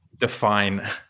define